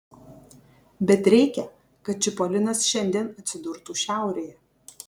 bet reikia kad čipolinas šiandien atsidurtų šiaurėje